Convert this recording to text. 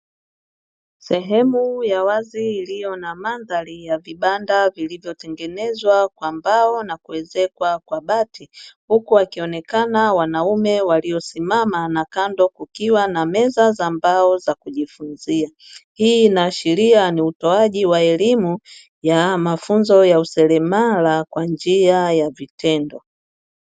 Sehemu ya wazi iliyo na madhari ya vibanda vilivyotengenezwa kwa mbao na kuezekwa kwa bati, huku wakionekana wanaume waliosimama na kando kukionekana kukiwa na meza za mbao za kujifunzia. Hii inaashiria utoaji wa elimu ya mafunzo ya useremala kwa njia ya vitendo.